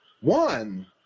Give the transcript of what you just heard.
one